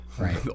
right